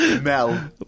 Mel